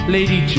Lady